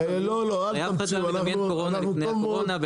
אף אחד לא דמיין קורונה לפני הקורונה.